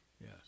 Yes